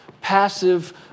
passive